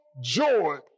joy